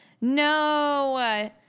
no